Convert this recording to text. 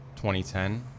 2010